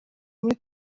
muri